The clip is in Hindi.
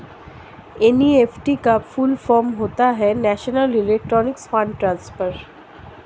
एन.ई.एफ.टी का फुल फॉर्म होता है नेशनल इलेक्ट्रॉनिक्स फण्ड ट्रांसफर